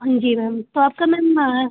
हाँ जी मैम तो आपका मैम